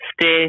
Stay